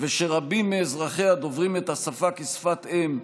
ושרבים מאזרחיה דוברים את השפה כשפת אם,